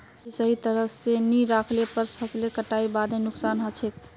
सब्जी सही तरह स नी राखले पर फसलेर कटाईर बादे नुकसान हछेक